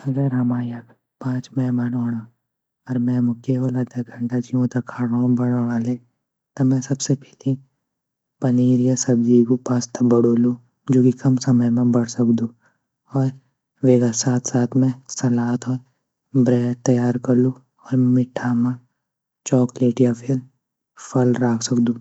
अगर हमा यख पाँच मेहमान औणा और में मू केवल अधा घंटा ची ऊँ त खाणों बणोण आ ले त में सबसे पैली पनीर या सब्ज़ी ग पास्ता बणोलू जू की कम समय म बण सक़दू और वेगा साथ साथ में सलाद और ब्रेड तैयार कलू और मीठा म चॉकलेट या फल राख सक़दू।